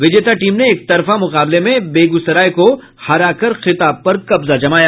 विजेता टीम ने एकतरफा मुकाबले में बेगूसराय को हराकर खिताब पर कब्जा जमाया